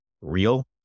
real